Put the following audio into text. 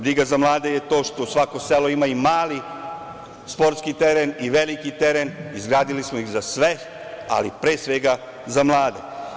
Briga za mlade je to što svako selo ima i mali sportski teren, i veliki teren, izgradili smo iz za sve, ali pre svega za mlade.